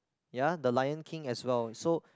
ya the Lion-King as well so